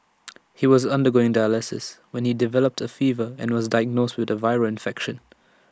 he was undergoing dialysis when he developed A fever and was diagnosed with A viral infection